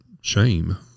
shame